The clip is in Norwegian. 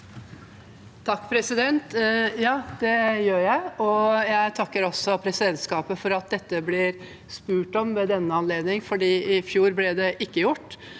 (H) Ja, det gjør jeg. Jeg takker også presidentskapet for at dette blir spurt om ved denne anledning, for i fjor ble det ikke gjort.